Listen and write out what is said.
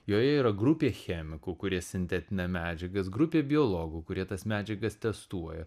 joje yra grupė chemikų kurie sintetina medžiagas grupė biologų kurie tas medžiagas testuoja